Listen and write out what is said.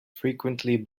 frequently